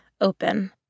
open